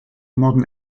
modern